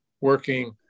working